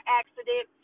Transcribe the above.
accident